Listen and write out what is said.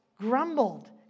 grumbled